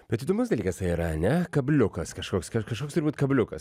bet įdomus dalykas tai yra ane kabliukas kažkoks ka kažkoks turi būt kabliukas